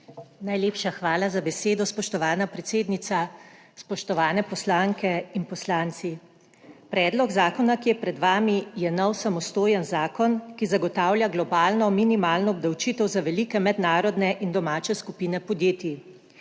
Najlepša hvala za besedo, spoštovana predsednica. Spoštovane poslanke in poslanci! Predlog zakona, ki je pred vami, je nov samostojen zakon, ki zagotavlja globalno minimalno obdavčitev za velike mednarodne in domače skupine podjetij.